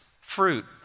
fruit